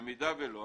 במידה ולא,